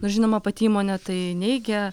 nors žinoma pati įmonė tai neigia